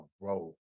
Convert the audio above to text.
bro